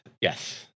yes